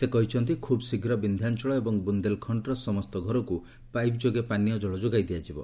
ସେ କହିଛନ୍ତି ଖୁବ୍ ଶୀଘ୍ର ବିନ୍ଧ୍ୟାଞ୍ଚଳ ଏବଂ ବୃନ୍ଦେଲ୍ଖଣ୍ଡର ସମସ୍ତ ଘରକୁ ପାଇପ୍ ଯୋଗେ ପାନୀୟ ଜଳ ଯୋଗାଇ ଦିଆଯିବ